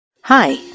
Hi